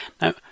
Now